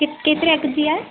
के केतिरे अघि जी आहे